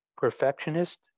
Perfectionist